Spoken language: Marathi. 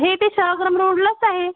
हे ते सेवाग्राम रोडलाच आहे